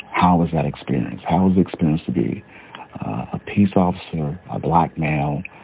how was that experience? how was it experienced to be a peace officer, a black male, ah,